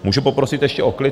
Můžu poprosit ještě o klid?